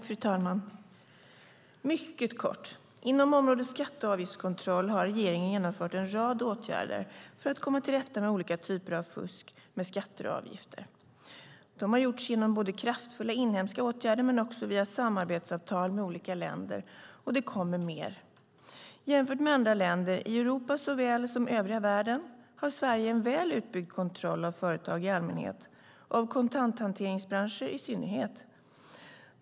Fru talman! Mycket kort: Inom området skatte och avgiftskontroll har regeringen genomfört en rad åtgärder för att komma till rätta med olika typer av fusk med skatter och avgifter. Det har gjorts genom kraftfulla inhemska åtgärder men också via samarbetsavtal med olika länder. Och det kommer mer. Jämfört med andra länder, i Europa såväl som i övriga världen, har Sverige en väl utbyggd kontroll av företag i allmänhet och av kontanthanteringsbranscher i synnerhet.